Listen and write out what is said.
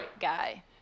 guy